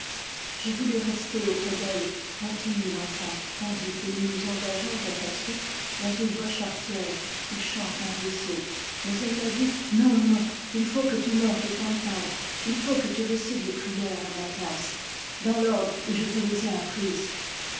j'ai voulu rester auprès d'elle continue l'enfant tandis que nous nous engageons à sa suite dans une voie charretière où chante un ruisseau mais elle m a dit non non il faut que tu montes au tantad il faut que tu récites les prières à ma place dans l'ordre où je te les ai apprises